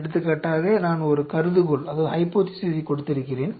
எடுத்துக்காட்டாக நான் ஒரு கருதுகோளைக் கொடுத்திருக்கிறேன்